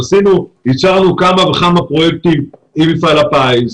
אישרנו כמה וכמה פרויקטים עם מפעל הפיס,